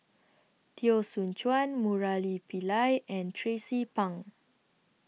Teo Soon Chuan Murali Pillai and Tracie Pang